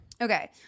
Okay